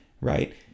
right